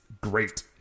great